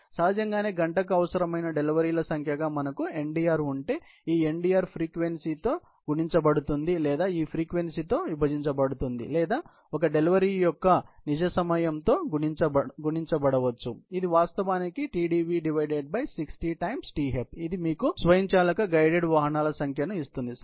సహజంగానే గంటకు అవసరమైన డెలివరీల సంఖ్యగా మనకు Ndr ఉంటే ఈ Ndr ఫ్రీక్వెన్సీతో గుణించబడుతుంది లేదా ఈ ఫ్రీక్వెన్సీతో విభజించబడింది లేదా ఒక డెలివరీ యొక్క నిజ సమయంతో గుణించబడవచ్చు ఇది వాస్తవానికి Tdv60 Tf ఇది మీకు స్వయంచాలక గైడెడ్ వాహనాల సంఖ్యను ఇస్తుంది సరే